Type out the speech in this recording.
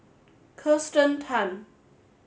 Kirsten Tan